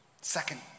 Second